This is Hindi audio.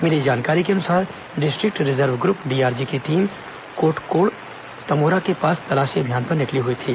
मिली जानकारी के अनुसार डिस्ट्रिक्ट रिजर्व ग्रप डीआरजी की टीम कोटकोड़ो तमोरा के पास तलाशी अभियान पर निकली हुई थी